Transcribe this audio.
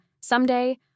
someday